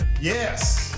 Yes